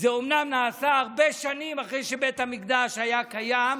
אומנם נעשה הרבה שנים אחרי שבית המקדש היה קיים,